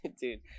Dude